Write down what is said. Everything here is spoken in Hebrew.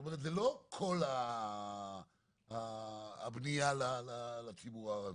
זאת אומרת, זה לא כל הבנייה לציבור הערבי,